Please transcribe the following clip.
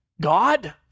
God